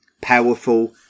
Powerful